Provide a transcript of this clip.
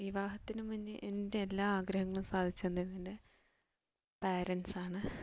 വിവാഹത്തിന് മുന്നേ എന്റെ എല്ലാ ആഗ്രഹങ്ങളും സാധിച്ചു തന്നിരുന്നത് എന്റെ പേരെന്റ്സ് ആണ്